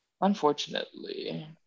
Unfortunately